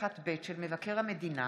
71ב' של מבקר המדינה,